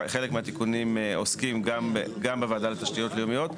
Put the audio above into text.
חלק מהתיקונים עוסקים גם בוועדה לתשתיות לאומיות.